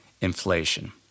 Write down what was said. inflation